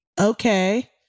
Okay